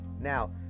Now